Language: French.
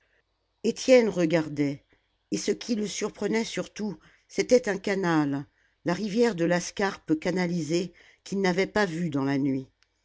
étienne regardait et ce qui le surprenait surtout c'était un canal la rivière de la scarpe canalisée qu'il n'avait pas vu dans la nuit